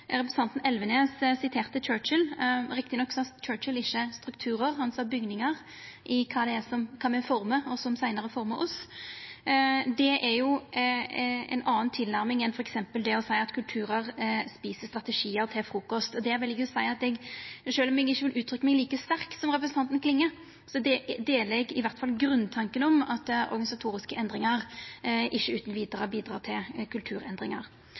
Representanten Elvenes siterte Churchill. Rett nok sa Churchill ikkje «strukturar», han sa «bygningar» når det gjeld kva me formar og som seinare formar oss. Det er jo ei anna tilnærming enn f.eks. det å seia at kulturar et strategiar til frukost. Sjølv om eg ikkje vil uttrykkja meg like sterkt som representanten Klinge, så deler eg iallfall grunntanken om at organisatoriske endringar ikkje utan vidare bidreg til kulturendringar.